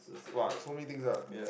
!wow! there's so many things lah